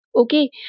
okay